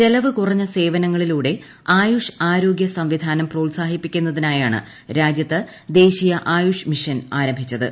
ചെലവ് കുറഞ്ഞ സേവനങ്ങളിലൂടെ ആയുഷ് ആരോഗൃ സംവിധാനം പ്രോത്സാഹിപ്പി ക്കുന്നതിനായാണ് രാജ്യത്ത് ദേശീയ ആയുഷ് മിഷൻ ആരംഭിച്ചത്